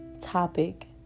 topic